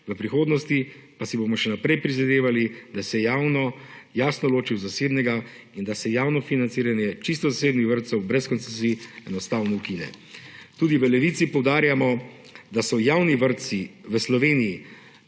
V prihodnosti pa si bomo še naprej prizadevali, da se javno jasno loči od zasebnega in da se javno financiranje čisto zasebnih vrtcev brez koncesij enostavno ukine. Tudi v Levici poudarjamo, da so javni vrtci v Sloveniji